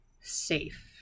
safe